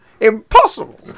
impossible